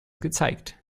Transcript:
gezeigt